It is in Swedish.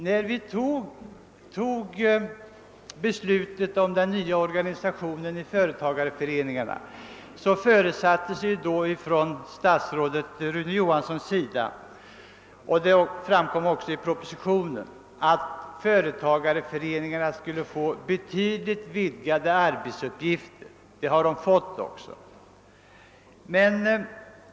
När vi fattade beslutet om den nya organisationen av företagarföreningarna förutsatte statsrådet Rune Johansson, såsom också framkom i propositionen, att företagarföreningarna skulle få betydligt vidgade arbetsuppgifter. Det har de även fått.